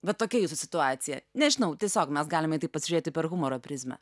vat tokia jūsų situacija nežinau tiesiog mes galim į tai pasižiūrėti per humoro prizmę